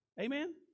Amen